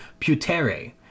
putere